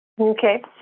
Okay